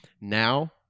Now